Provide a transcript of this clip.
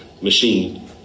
machine